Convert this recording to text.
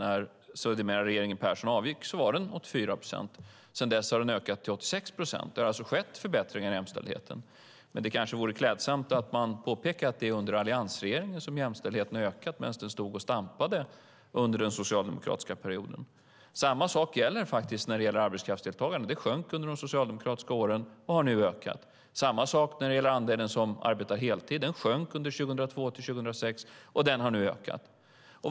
När sedermera regeringen Persson avgick var de 84 procent. Sedan dess har de ökat till 86 procent. Det har alltså skett förbättringar i jämställdheten. Det kanske vore klädsamt att påpeka att det är under alliansregeringen som jämställdheten har ökat medan den stod och stampade under den socialdemokratiska perioden. Samma sak gäller arbetskraftsdeltagandet. Det sjönk under de socialdemokratiska åren och har nu ökat. Det är samma sak när det gäller andelen som arbetar heltid. Den sjönk 2002-2006, och den har nu ökat.